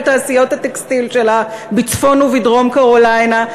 תעשיות הטקסטיל שלה בצפון ובדרום קרוליינה,